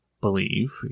believe